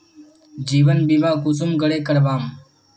जीवन बीमा कुंसम करे करवाम?